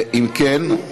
אם כן,